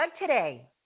today